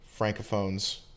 francophones